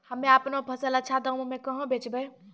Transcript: हम्मे आपनौ फसल अच्छा दामों मे कहाँ बेचबै?